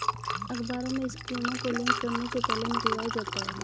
अखबारों में स्कीमों को लान्च करने से पहले निकलवाया जाता है